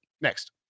next